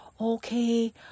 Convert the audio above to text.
okay